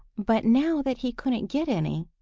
but now that he couldn't get any,